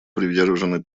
привержены